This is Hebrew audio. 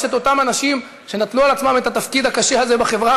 אותם אנשים שנטלו על עצמם את התפקיד הקשה הזה בחברה,